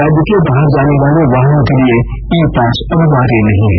राज्य के बाहर जाने वाले वाहनों के लिए ई पास अनिवार्य नहीं है